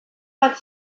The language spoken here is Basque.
bat